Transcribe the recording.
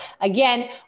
again